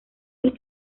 los